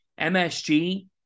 MSG